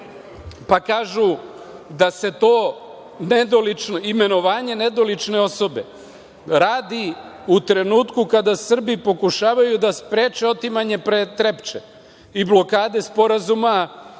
se to nedolično imenovanje, nedolične osobe, radi u trenutku kada Srbi pokušavaju da spreče otimanje „Trepče“ i blokade Sporazuma